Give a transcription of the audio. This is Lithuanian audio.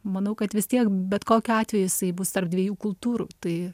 manau kad vis tiek bet kokiu atveju jisai bus tarp dviejų kultūrų tai